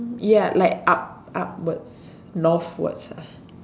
ya like up upwards northwards ah